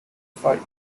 fight